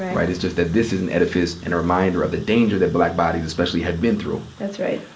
right? it's just that this is an edifice and a reminder of the danger that black bodies especially have been through. that's right.